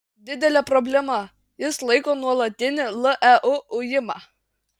didele problema jis laiko nuolatinį leu ujimą